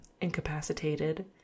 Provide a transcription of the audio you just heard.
incapacitated